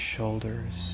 shoulders